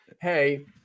hey